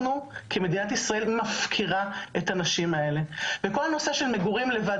כמדינת ישראל מפקירה את הנשים האלה וכל נושא של מגורים לבד,